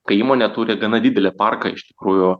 kai įmonė turi gana didelį parką iš tikrųjų